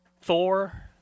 Thor